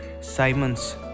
Simon's